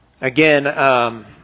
Again